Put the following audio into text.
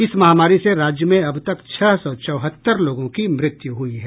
इस महामारी से राज्य में अब तक छह सौ चौहत्तर लोगों की मृत्यु हुई है